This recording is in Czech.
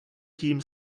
tím